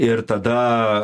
ir tada